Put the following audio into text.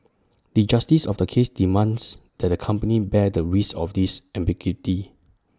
the justice of the case demands that the company bear the risk of this ambiguity